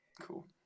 cool